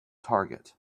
target